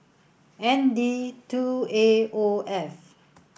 N D two A O F